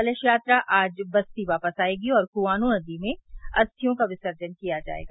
कलश यात्रा आज बस्ती वापस आयेगी और कुआनो नदी में अस्थियों का विसर्जन किया जायेगा